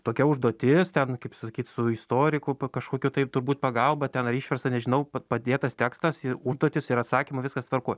tokia užduotis ten kaip sakyt su istoriku kažkokiu tai turbūt pagalba ten ar išversta nežinau pad padėtas tekstas ir užduotys ir atsakymo viskas tvarkoj